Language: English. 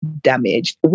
damaged